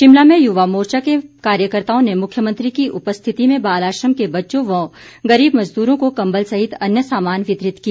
शिमला में युवा मोर्चा के कार्यकर्ताओं ने मुख्यमंत्री की उपस्थिति में बाल आश्रम के बच्चों व गरीब मजदूरों को कम्बल सहित अन्य सामान वितरित किया